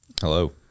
Hello